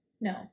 No